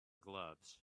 gloves